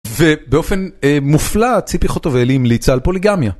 ובאופן מופלא ציפי חוטובלי המליצה על פוליגמיה.